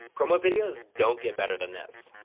promo videos don't get better than this.